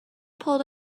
pulled